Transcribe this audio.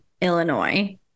Illinois